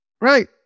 Right